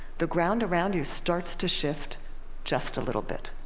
the ground around you starts to shift just a little bit.